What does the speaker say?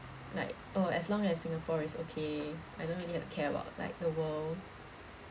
like oh as long as Singapore is okay I don't really have to care about like the world